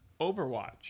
Overwatch